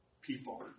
people